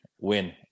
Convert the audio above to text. win